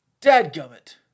Dadgummit